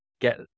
get